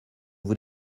vous